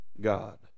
God